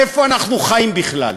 איפה אנחנו חיים בכלל?